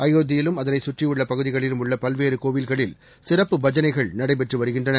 அயோத்தியிலும் அதனைச் சுற்றியுள்ள பகுதிகளில் உள்ள பல்வேறு கோவில்களில் சிறப்பு பஜனைகள் நடைபெற்று வருகின்றன